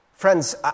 Friends